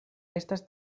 estas